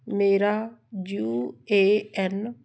ਮੇਰਾ U A N